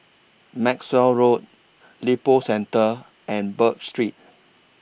Maxwell Road Lippo Centre and Birch Street